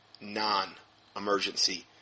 non-emergency